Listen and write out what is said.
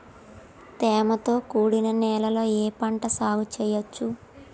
తేమతో కూడిన నేలలో ఏ పంట సాగు చేయచ్చు?